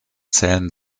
zählen